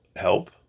help